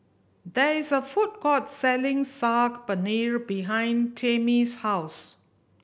there is a food court selling Saag Paneer behind Tamie's house